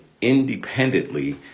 independently